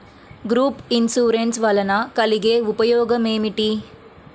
Group insurance వలన కలిగే ఉపయోగమేమిటీ?